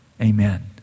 Amen